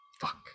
Fuck